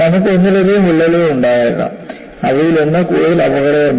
നമുക്ക് ഒന്നിലധികം വിള്ളലുകൾ ഉണ്ടാകാം അവയിലൊന്ന് കൂടുതൽ അപകടകരമാണ്